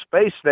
space